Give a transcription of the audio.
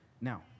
Now